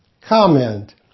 Comment